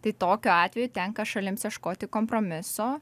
tai tokiu atveju tenka šalims ieškoti kompromiso